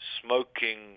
smoking